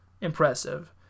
impressive